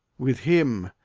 with him!